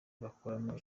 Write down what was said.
bakuramo